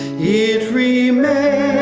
it remains